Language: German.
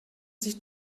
sich